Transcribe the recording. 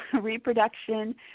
reproduction